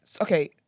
Okay